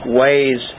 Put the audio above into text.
ways